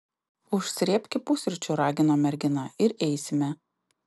užsrėbki pusryčių ragino mergina ir eisime